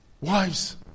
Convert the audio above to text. Wives